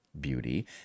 beauty